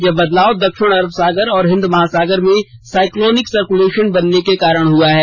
यह बदलाव दक्षिण अरब सागर और हिंद महासागर में साईक्लोनिक सर्कुलेशन बनने के कारण हुआ है